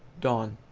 dawn.